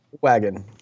wagon